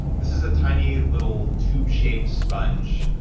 this is a tiny, little tube-shaped sponge,